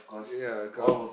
ya cause